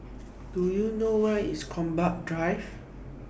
Do YOU know Where IS Gombak Drive